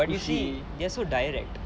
but you see they are so direct